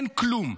אין כלום.